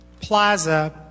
plaza